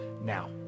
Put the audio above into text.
now